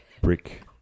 brick